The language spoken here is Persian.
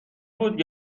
بود